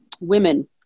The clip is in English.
women